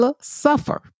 suffer